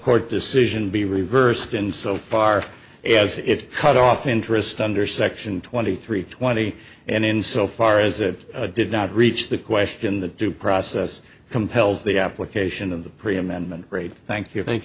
court decision be reversed in so far as it cut off interest under section twenty three twenty and in so far as it did not reach the question the due process compels the application of the pre amendment raid thank you thank